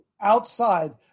Outside